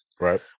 Right